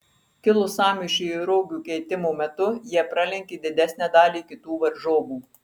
kilus sąmyšiui rogių keitimo metu jie pralenkė didesnę dalį kitų varžovų